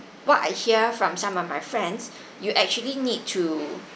what I hear from some of my friends you actually need to